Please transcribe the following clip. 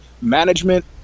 Management